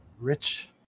rich